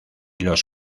los